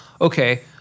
okay